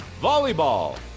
Volleyball